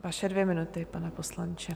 Vaše dvě minuty, pane poslanče.